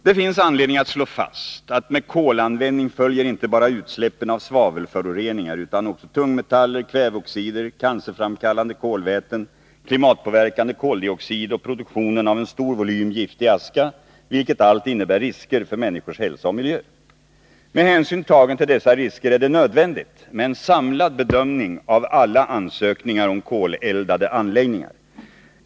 Det finns anledning att slå fast att med kolanvändning följer inte bara utsläpp av svavelföroreningar utan också av tungmetaller, kväveoxider, cancerframkallande kolväten, klimatpåverkande koldioxid och produktionen av en stor volym giftig aska, vilket allt innebär risker för människors hälsa och miljö. Med hänsyn tagen till dessa risker är det nödvändigt med en samlad bedömning av alla ansökningar om koleldade anläggningar.